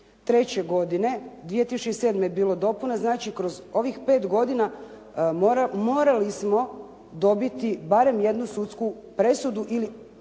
2003. godine, 2007. je bilo dopuna, znači kroz ovih 5 godina morali smo dobiti barem jednu sudsku presudu ili